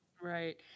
Right